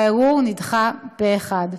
והערעור נדחה פה אחד.